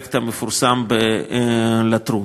הפרויקט המפורסם בלטרון.